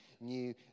new